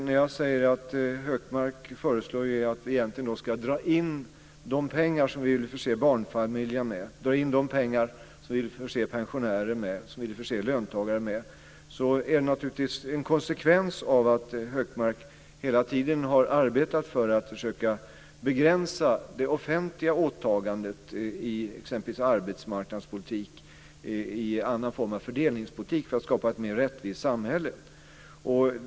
När jag säger att Hökmark föreslår att vi egentligen ska dra in de pengar vi vill förse barnfamiljer, pensionärer och löntagare med är det naturligtvis en konsekvens av att Hökmark hela tiden har arbetat för att försöka begränsa det offentliga åtagandet i exempelvis arbetsmarknadspolitik och annan form av fördelningspolitik för att skapa ett mer rättvist samhälle.